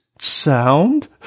sound